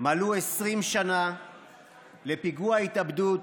מלאו 20 שנה לפיגוע התאבדות